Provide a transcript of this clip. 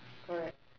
correct